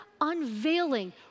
unveiling